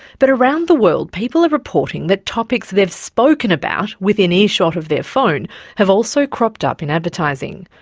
but around the world people are reporting that topics they have spoken about within earshot of their phone have also cropped up in advertising.